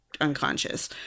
unconscious